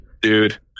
dude